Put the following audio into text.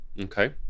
Okay